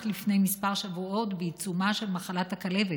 לפני כמה שבועות בעיצומה של מחלת הכלבת,